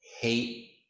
hate